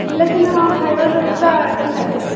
ବେଲେ ସେନ ଖାଇବାର୍ ବ୍ୟବସ୍ଥା କେନ୍ତା ଅଛେ